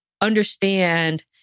understand